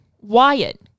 Wyatt